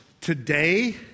today